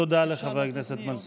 תודה לחבר הכנסת מנסור.